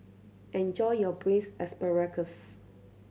enjoy your Braised Asparagus